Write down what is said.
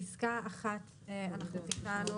פסקה (1) אנחנו תיקנו.